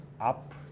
up